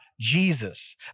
Jesus